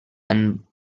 and